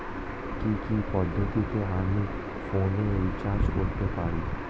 কি কি পদ্ধতিতে আমি ফোনে রিচার্জ করতে পারি?